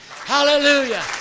Hallelujah